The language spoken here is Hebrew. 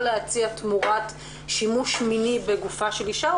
להציע תמורת שימוש מיני בגופה של אישה,